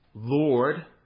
Lord